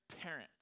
parent